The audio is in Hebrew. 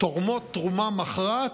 תורמות תרומה מכרעת,